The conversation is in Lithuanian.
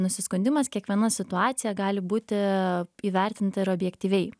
nusiskundimas kiekviena situacija gali būti įvertinti ir objektyviai